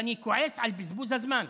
ואני כועס על בזבוז הזמן.